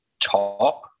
top